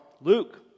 Luke